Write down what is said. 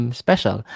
special